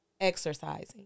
exercising